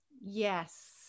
Yes